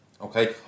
okay